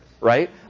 right